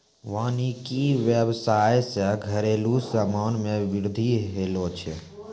वानिकी व्याबसाय से घरेलु समान मे बृद्धि होलो छै